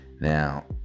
Now